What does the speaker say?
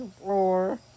floor